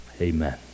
amen